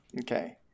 okay